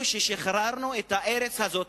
אנחנו ששחררנו את הארץ הזאת,